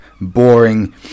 boring